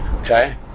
okay